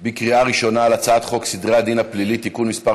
בקריאה ראשונה על הצעת חוק סדר הדין הפלילי (תיקון מס'